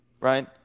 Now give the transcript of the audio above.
Right